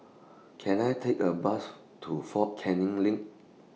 Can I Take A Bus to Fort Canning LINK